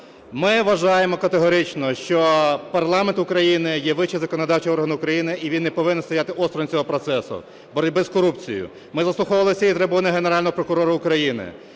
Ми вважаємо категорично, що парламент України є вищий законодавчий орган України і він не повинен стояти осторонь цього процесу – боротьби з корупцією. Ми заслуховували з цієї трибуни Генерального прокурора України,